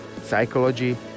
psychology